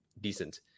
decent